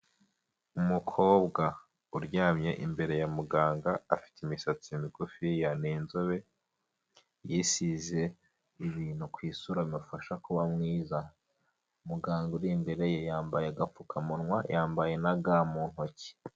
Umukobwa uryamye imbere ya muganga afite imisatsi migufiya n'inzobe yisize ibintu ku isura bimufasha kuba mwiza, muganga uri imbere ye yambaye agapfukamunwa yambaye na ga mu ntoki.